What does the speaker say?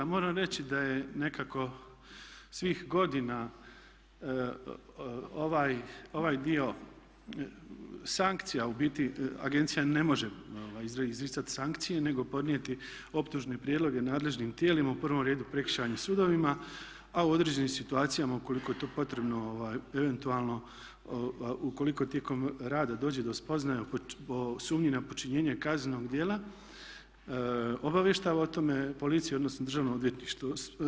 Moram reći da je nekako svih godina ovaj dio sankcija u biti, agencija ne može izricati sankcije nego podnijeti optužne prijedloge nadležnim tijelima, u prvom redu prekršajnim sudovima a u određenim situacijama ukoliko je to potrebno eventualno, ukoliko tijekom rada dođe do spoznaja o sumnji na počinjenje kaznenog djela obavještava o tome policiju odnosno državno odvjetništvo.